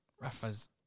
Rafa's